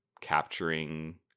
capturing